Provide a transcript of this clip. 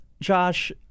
Josh